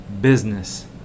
business